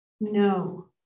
No